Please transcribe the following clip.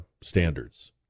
standards